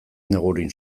negurin